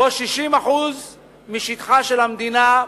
שבו 60% משטחה של המדינה,